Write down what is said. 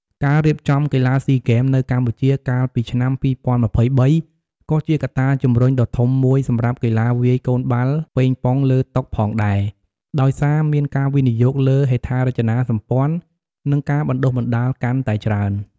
ការរៀបចំកីឡាស៊ីហ្គេមនៅកម្ពុជាកាលពីឆ្នាំ២០២៣ ក៏ជាកត្តាជំរុញដ៏ធំមួយសម្រាប់កីឡាវាយកូនបាល់ប៉េងប៉ុងលើតុផងដែរ ដោយសារមានការវិនិយោគលើហេដ្ឋារចនាសម្ព័ន្ធ និងការបណ្ដុះបណ្ដាលកាន់តែច្រើន។